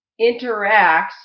interacts